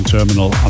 Terminal